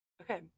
Okay